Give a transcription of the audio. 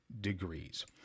degrees